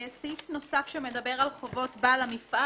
סעיף נוסף שמדבר על חובות בעל המפעל.